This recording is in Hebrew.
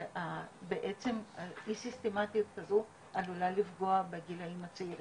כשבעצם האי-סיסטמטיות הזו עלולה לפגוע בגילאים הצעירים.